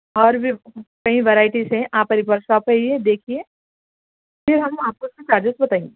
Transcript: اور بھی کئی ورائٹیز ہیں آپ ایک بار شاپ آئیے دیکھیے جی ہم آپ کو اس کے چارجیز بتائیں گے